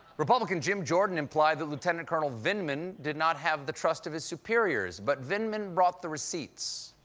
republican jim jordan implied that lieutenant colonel vindman did not have the trust of his superiors, but vindman brought the receipts.